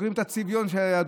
עוקרים את הצביון של היהדות.